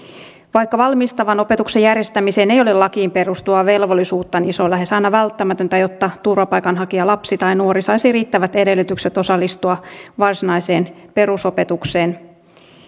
vaikka valmistavan opetuksen järjestämiseen ei ole lakiin perustuvaa velvollisuutta se on lähes aina välttämätöntä jotta turvapaikanhakijalapsi tai nuori saisi riittävät edellytykset osallistua varsinaiseen perusopetukseen